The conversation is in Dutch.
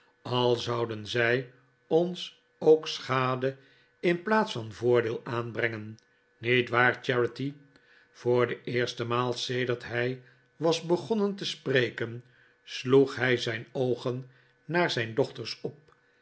al zouden zij ons ook schade in plaats van voordeel aanbrengen niet waar charity voor de eerste maal sedert hij was begonnen te spreken sloeg hij zijn oogen naar zijn dochters op